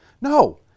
No